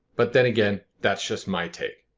but then again, that's just my take.